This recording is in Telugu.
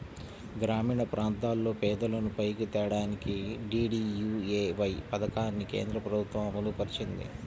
గ్రామీణప్రాంతాల్లో పేదలను పైకి తేడానికి డీడీయూఏవై పథకాన్ని కేంద్రప్రభుత్వం అమలుపరిచింది